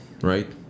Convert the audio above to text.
right